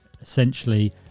Essentially